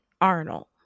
arnold